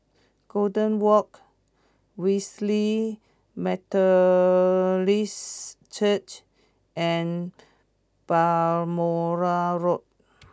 Golden Walk Wesley Methodist Church and Balmoral Road